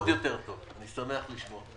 עוד יותר טוב, אני שמח לשמוע.